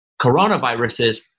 coronaviruses